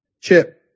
Chip